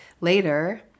Later